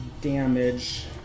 damage